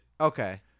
okay